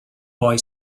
boy